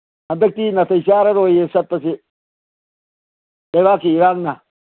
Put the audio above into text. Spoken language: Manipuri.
ꯍꯟꯗꯛꯇꯤ ꯅꯥꯇꯩ ꯆꯥꯔꯔꯣꯏꯌꯦ ꯆꯠꯄꯁꯤ ꯂꯩꯕꯥꯛꯀꯤ ꯏꯔꯥꯡꯅ